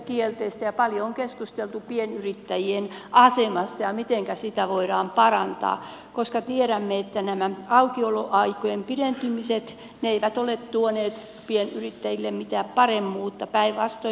paljon on keskusteltu pienyrittäjien asemasta ja siitä mitenkä sitä voidaan parantaa koska tiedämme että nämä aukioloaikojen pidentymiset eivät ole tuoneet pienyrittäjille mitään paremmuutta päinvastoin